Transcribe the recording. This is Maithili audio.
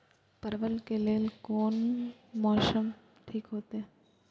परवल के लेल कोन मौसम ठीक होते?